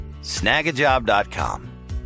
Snagajob.com